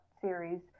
series